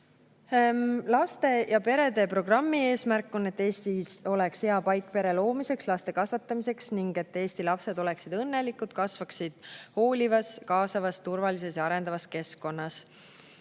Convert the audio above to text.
Laste ja perede programmi eesmärk on, et Eesti oleks hea paik pere loomiseks, laste kasvatamiseks ning et Eesti lapsed oleksid õnnelikud ja kasvaksid hoolivas, kaasavas, turvalises ja arendavas keskkonnas.